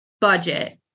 Budget